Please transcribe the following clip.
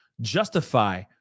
justify